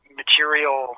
material